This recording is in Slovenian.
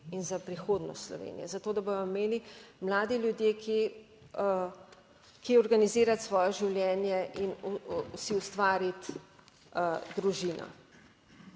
in za prihodnost Slovenije. Za to, da bodo imeli mladi ljudje kje organizirati svoje življenje in si ustvariti družino.